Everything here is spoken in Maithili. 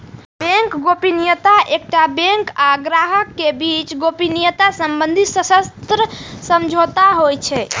बैंक गोपनीयता एकटा बैंक आ ग्राहक के बीच गोपनीयता संबंधी सशर्त समझौता होइ छै